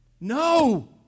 No